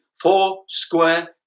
four-square